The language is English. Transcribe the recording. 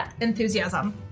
enthusiasm